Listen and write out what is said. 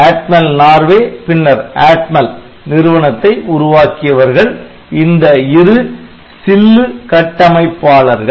ATMEL Norway பின்னர் ATMEL நிறுவனத்தை உருவாக்கியவர்கள் இந்த இரு சில்லு கட்டமைப்பாளர்கள்